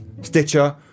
Stitcher